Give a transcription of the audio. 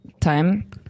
time